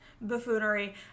Buffoonery